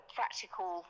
practical